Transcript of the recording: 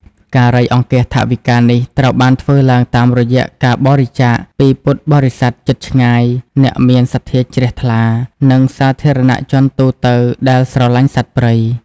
ការរៃអង្គាសថវិកានេះត្រូវបានធ្វើឡើងតាមរយៈការបរិច្ចាគពីពុទ្ធបរិស័ទជិតឆ្ងាយ អ្នកមានសទ្ធាជ្រះថ្លា និងសាធារណជនទូទៅដែលស្រឡាញ់សត្វព្រៃ